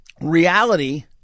reality